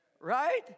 right